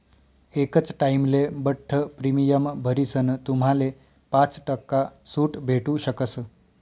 एकच टाइमले बठ्ठ प्रीमियम भरीसन तुम्हाले पाच टक्का सूट भेटू शकस